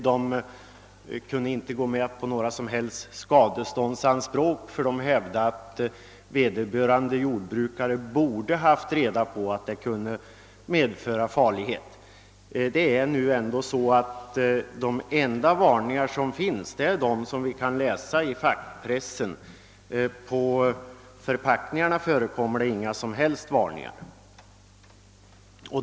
De kunde emellertid inte gå med på några som helst skadeståndsanspråk; de hävdade att vederbörande jordbrukare borde ha haft reda på att medlet i fråga kunde vara farligt. De varningar som förekommer är de som finns att läsa i fackpressen — på förpackningarna ges inga som helst varningar.